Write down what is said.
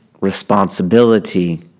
responsibility